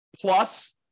plus